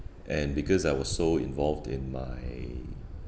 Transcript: and because I was so involved in my